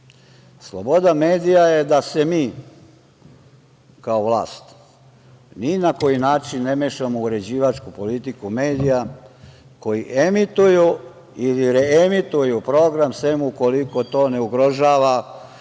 Sloboda medija je da se mi kao vlast, ni na koji način ne mešamo u uređivačku politiku medija koji emituju ili reemituju program sem ukoliko to ne prouzrokuje